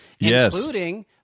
including